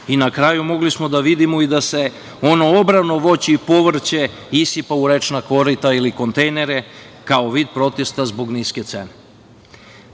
Na kraju smo mogli da vidimo da se ono obrano voće i povrće isipa u rečna korita ili kontejnere kao vid protesta zbog niske